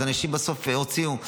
אנשים בסוף הוציאו,